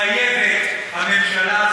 חייבת הממשלה,